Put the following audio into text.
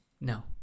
no